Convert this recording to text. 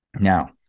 Now